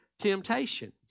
temptation